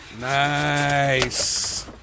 Nice